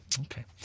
Okay